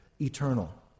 eternal